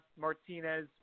Martinez